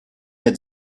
had